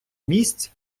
місць